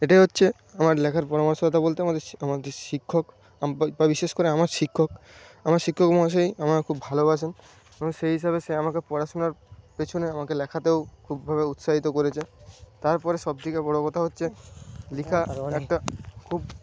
এটাই হচ্ছে আমার লেখার পরামর্শদাতা বলতে আমার আমাদের শিক্ষক বিশেষ করে আমার শিক্ষক আমার শিক্ষক মহাশয় আমায় খুব ভালোবাসেন এবং সেই হিসাবে সে আমাকে পড়াশোনার পেছনে আমাকে লেখাতেও খুবভাবে উৎসাহিত করেছে তার পরে সব থেকে বড় কথা হচ্ছে লেখা একটা খুব